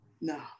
No